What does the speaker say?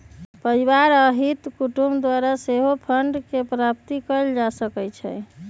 परिवार आ हित कुटूम द्वारा सेहो फंडके प्राप्ति कएल जा सकइ छइ